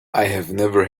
never